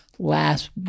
last